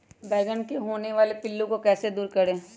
बैंगन मे होने वाले पिल्लू को कैसे दूर करें?